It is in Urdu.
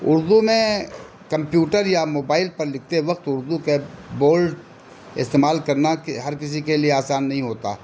اردو میں کمپیوٹر یا موبائل پر لکھتے وقت اردو کے بولڈ استعمال کرنا ہر کسی کے لیے آسان نہیں ہوتا